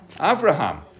Abraham